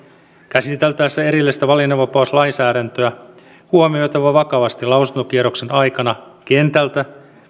käsiteltäessä erillistä valinnanvapauslainsäädäntöä huomioitava vakavasti lausuntokierroksen aikana kentältä